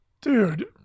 Dude